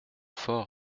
fort